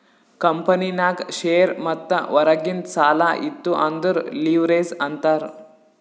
ಕಂಪನಿನಾಗ್ ಶೇರ್ ಮತ್ತ ಹೊರಗಿಂದ್ ಸಾಲಾ ಇತ್ತು ಅಂದುರ್ ಲಿವ್ರೇಜ್ ಅಂತಾರ್